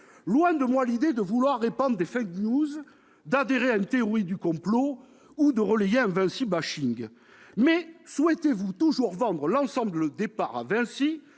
Loin de moi l'idée de vouloir répandre des, d'adhérer à une théorie du complot ou de relayer un « Vinci », mais souhaitez-vous toujours vendre l'ensemble des parts à Vinci,